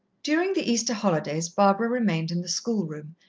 during the easter holidays barbara remained in the schoolroom,